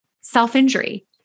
self-injury